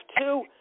two